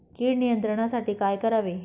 कीड नियंत्रणासाठी काय करावे?